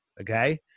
Okay